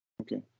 Okay